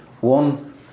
One